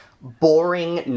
boring